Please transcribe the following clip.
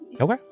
Okay